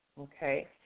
okay